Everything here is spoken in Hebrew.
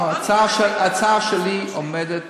ההצעה שלי עומדת